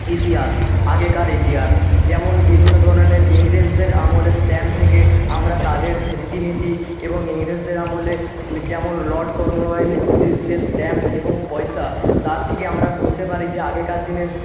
ইতিহাস আগেকার ইতিহাস যেমন বিভিন্ন ধরনের ইংরেজদের আমলে স্ট্যাম্প থেকে আমরা তাদের রীতিনীতি এবং ইংরেজদের আমলে যেমন লর্ড কর্নওয়ালি লিসের স্ট্যাম্প এবং পয়সা তার থেকে আমরা বুঝতে পারি যে আগেকার দিনের